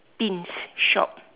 pins shop